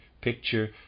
picture